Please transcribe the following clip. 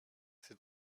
sie